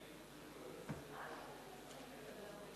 מה זה?